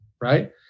right